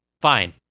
fine